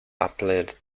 applied